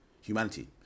humanity